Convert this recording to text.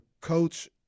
coach